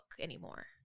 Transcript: anymore